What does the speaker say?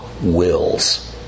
wills